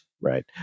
right